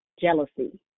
jealousy